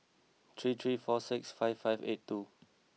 three three four six five five eight two